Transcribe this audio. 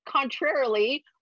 contrarily